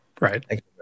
right